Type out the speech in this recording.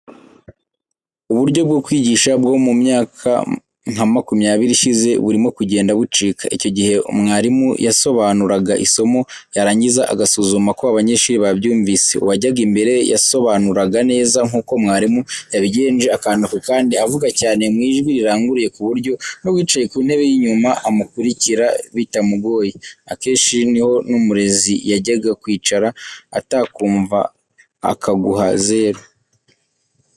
Uburyo bwo kwigisha bwo mu myaka nka makumyabiri ishize burimo kugenda bucika. Icyo gihe mwarimu yasobanuraga isomo yarangiza agasuzuma ko abanyeshuri babyumvise, uwajyaga imbere yasobanuraga neza nk'uko mwarimu yabigenje akantu ku kandi, avuga cyane mu ijwi riranguruye ku buryo n'uwicaye ku ntebe y'inyuma amukurikira bitamugoye, akenshi ni ho n'umurezi yajyaga kwicara, atakumva akaguha zeru.